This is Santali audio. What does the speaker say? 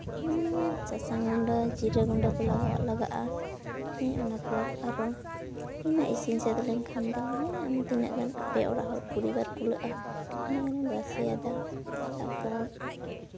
ᱥᱟᱥᱟᱝ ᱜᱩᱰᱟᱹ ᱡᱤᱨᱟᱹ ᱜᱩᱰᱟᱹ ᱠᱚ ᱞᱟᱜᱟᱜᱼᱟ ᱚᱱᱟᱯᱚᱨ ᱟᱨᱚ ᱤᱱᱟᱹ ᱤᱥᱤᱱ ᱥᱟᱹᱛ ᱞᱮᱱᱠᱷᱟᱱ ᱫᱚ ᱛᱤᱱᱟᱹᱜ ᱜᱟᱱ ᱟᱯᱮ ᱚᱲᱟᱜ ᱦᱚᱲ ᱯᱚᱨᱤᱵᱟᱨ ᱠᱩᱞᱟᱹᱜᱼᱟ ᱤᱱᱟᱹᱜ ᱨᱟᱥᱮᱭᱟᱮᱫᱟ ᱛᱟᱨᱯᱚᱨ